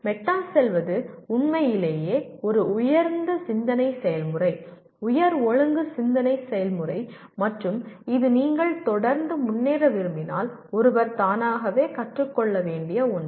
எனவே மெட்டா செல்வது உண்மையிலேயே ஒரு உயர்ந்த சிந்தனை செயல்முறை உயர் ஒழுங்கு சிந்தனை செயல்முறை மற்றும் இது நீங்கள் தொடர்ந்து முன்னேற விரும்பினால் ஒருவர் தானாகவே கற்றுக் கொள்ள வேண்டிய ஒன்று